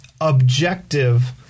objective